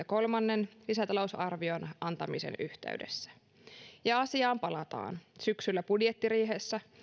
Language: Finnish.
kolmannen lisätalousarvion antamisen yhteydessä ja asiaan palataan syksyllä budjettiriihessä